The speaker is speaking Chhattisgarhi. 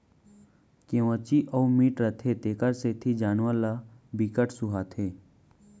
केंवची अउ मीठ रहिथे तेखर सेती जानवर ल बिकट सुहाथे